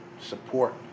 support